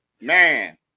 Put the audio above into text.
man